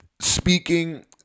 speaking